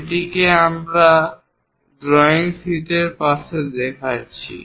যেটিকে আমরা এই ড্রয়িং শীটের পাশে দেখাচ্ছি